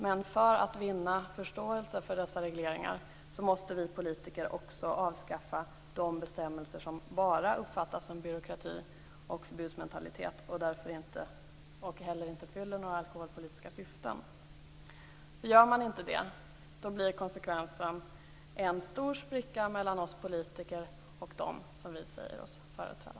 Men för att vinna förståelse för dessa regleringar måste vi politiker också avskaffa de bestämmelser som bara uppfattas som byråkrati och förbudsmentalitet och därför inte heller fyller några alkoholpolitiska syften. Gör man inte det blir konsekvensen en stor spricka mellan oss politiker och dem som vi säger oss företräda.